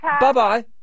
Bye-bye